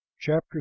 Chapter